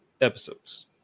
episodes